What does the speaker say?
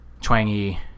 twangy